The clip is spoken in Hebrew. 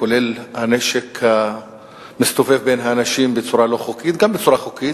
כולל הנשק המסתובב בין האנשים בצורה לא חוקית וגם בצורה חוקית.